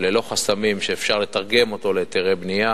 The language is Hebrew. ללא חסמים שאפשר לתרגם אותו להיתרי בנייה.